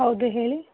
ಹೌದು ಹೇಳಿ